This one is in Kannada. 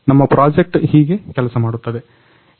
ನಮ್ಮ ಪ್ರಾಜೆಕ್ಟ್ ಹೀಗೆ ಕೆಲಸ ಮಾಡುತ್ತದೆ